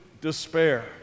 despair